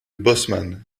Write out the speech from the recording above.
bosseman